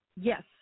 yes